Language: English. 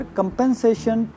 compensation